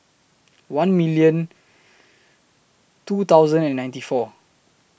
one minute two thousand and ninety four